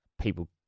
people